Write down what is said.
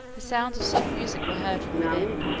the sounds of soft music were heard from within,